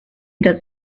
does